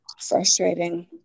frustrating